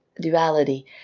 duality